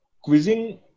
quizzing